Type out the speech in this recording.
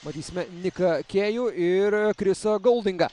matysime niką kėjų ir krisą goldingą